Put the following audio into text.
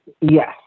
yes